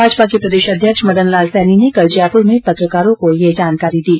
भाजपा के प्रदेशाध्यक्ष मदन लाल सैनी ने कल जयपुर में पत्रकारों को यह जानकारी दी